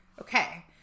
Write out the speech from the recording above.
Okay